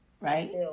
Right